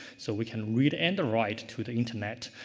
so, we can read and write to the internet.